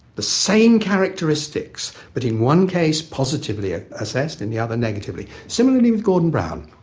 the same characteristics but in one case positively ah assessed, and the other negatively. similarly with gordon brown.